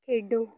ਖੇਡੋ